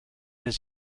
his